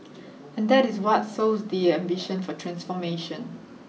and that is what sows the ambition for transformation